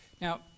Now